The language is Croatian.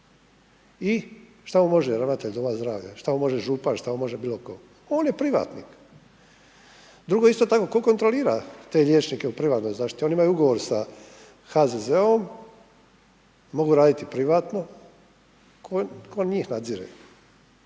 I što mu može ravnatelj doma zdravlja? Što mu može župan? Što mu može bilo tko? On je privatnik. Drugo isto tako, tko kontrolira te liječnike u privatnoj zaštiti? Oni imaju ugovor sa HZZO-om, mogu raditi privatno. Tko njih nadzire?